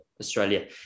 Australia